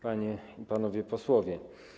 Panie i Panowie Posłowie!